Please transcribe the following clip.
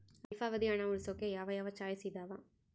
ಅಲ್ಪಾವಧಿ ಹಣ ಉಳಿಸೋಕೆ ಯಾವ ಯಾವ ಚಾಯ್ಸ್ ಇದಾವ?